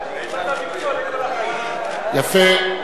יפה.